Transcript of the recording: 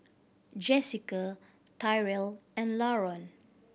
Jessika Tyrell and Laron